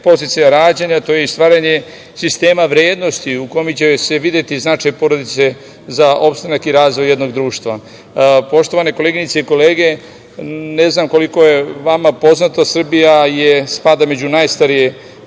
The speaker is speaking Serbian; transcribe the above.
podsticaja rađanja, to je i stvaranja sistema vrednosti u kome će se videti značaj porodice za opstanak i razvoj jednog društva. Poštovane koleginice i kolege, ne znam koliko je vama poznato, Srbija spada među najstarije